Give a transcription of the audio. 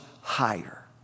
higher